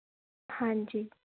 ਹਾਂਜੀ